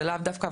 זה לאו דווקא,